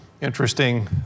interesting